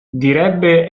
direbbe